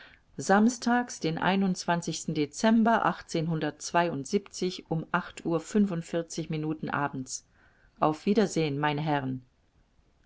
samstags den dezember um acht uhr fünfundvierzig minuten abends auf wiedersehen meine herren